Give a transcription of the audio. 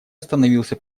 остановился